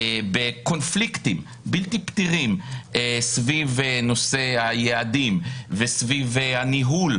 בקונפליקטים בלתי פתירים סביב נושא היעדים וסביב הניהול,